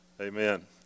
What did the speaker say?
Amen